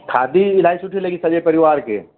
खाधी इलाही सुठी लॻी सॼे परिवार खे